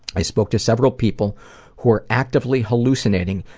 i spoke to several people who were actively hallucinating.